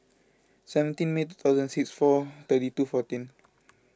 seventeen May two thousand six four thirty two fourteen